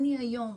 היום,